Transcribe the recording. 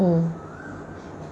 oo